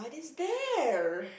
there